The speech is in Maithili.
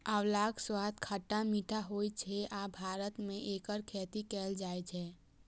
आंवलाक स्वाद खट्टा मीठा होइ छै आ भारत मे एकर खेती कैल जाइ छै